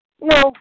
No